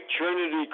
Trinity